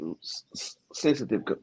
sensitive